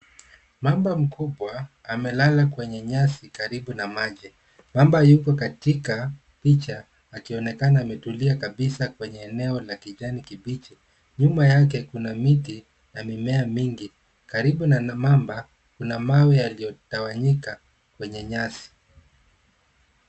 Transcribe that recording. Mamba mkubwa amelala kwenye nyasi karibu na maji. Mamba yuko katika picha akionekana ametulia kabisa kwenye eneo la kijani kibichi. Nyuma yake kuna miti na mimea mingi. Karibu na mamba, kuna mawe yaliyotawanyika kwenye nyasi.